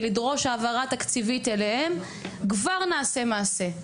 ולדרוש העברה תקציבית אליהם כבר נעשה מעשה.